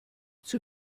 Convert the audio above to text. zur